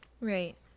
Right